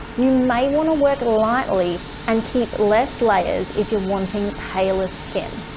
you might want to work lightly and keep less layers if you're wanting paler skin.